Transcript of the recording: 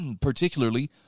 particularly